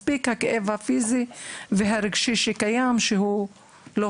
מספיק הכאב הפיזי והרגשי שמביאה איתה ההתמודדות עם המחלה,